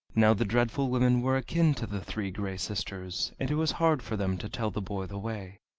now the dreadful women were akin to the three gray sisters, and it was hard for them to tell the boy the way.